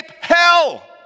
hell